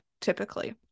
typically